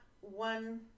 one